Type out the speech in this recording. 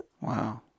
Wow